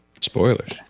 Spoilers